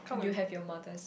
you have your mother's